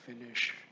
finish